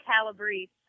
Calabrese